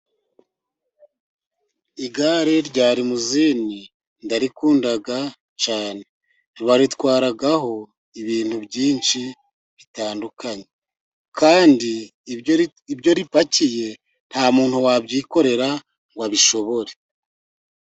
Igare rya rimozini ndarikunda cyane. Baritwaraho ibintu byinshi bitandukanye, kandi ibyo ripakiye nta muntu wabyikorera ngo abishobore.